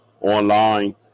online